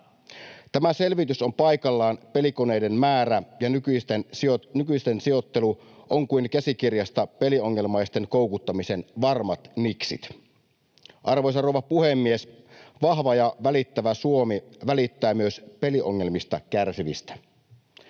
Tämä selvitys on paikallaan. Pelikoneiden määrä ja nykyisten sijoittelu ovat kuin käsikirjasta ”Peliongelmaisten koukuttamisen varmat niksit”. Arvoisa rouva puhemies! Vahva ja välittävä Suomi välittää myös peliongelmista kärsivistä.